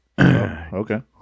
Okay